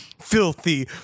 filthy